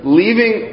leaving